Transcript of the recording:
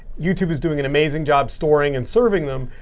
youtube is doing an amazing job storing and serving them.